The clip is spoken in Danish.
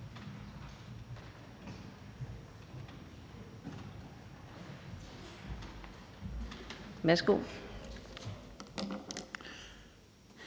Værsgo.